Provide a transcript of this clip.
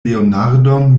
leonardon